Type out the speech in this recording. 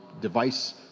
device